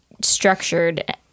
structured